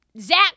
Zach